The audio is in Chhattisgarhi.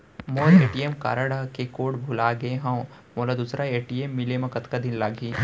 मोर ए.टी.एम कारड के कोड भुला गे हव, मोला दूसर ए.टी.एम मिले म कतका दिन लागही?